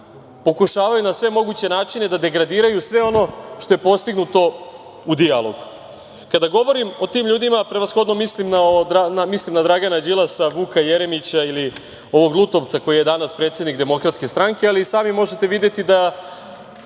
pokušavaju na sve moguće načine da degradiraju sve ono što je postignuto u dijalogu. Kada govorim o tim ljudima prevashodno mislim na Dragana Đilasa, Vuka Jeremića i ovog Lutovca koji je danas predsednik DS, ali i sami možete videti da